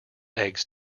eggs